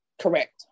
correct